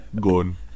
gone